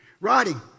writing